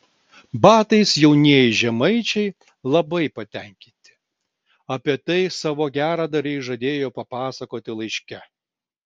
batais jaunieji žemaičiai labai patenkinti apie tai savo geradarei žadėjo papasakoti laiške